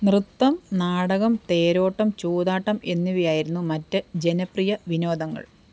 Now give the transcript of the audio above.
നൃത്തം നാടകം തേരോട്ടം ചൂതാട്ടം എന്നിവയായിരുന്നു മറ്റ് ജനപ്രിയവിനോദങ്ങൾ